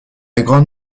grande